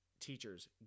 teachers